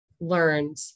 learned